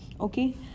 Okay